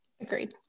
Agreed